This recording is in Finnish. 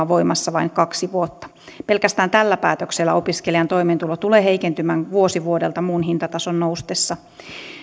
voimassa vain kaksi vuotta pelkästään tällä päätöksellä opiskelijan toimeentulo tulee heikentymään vuosi vuodelta muun hintatason noustessa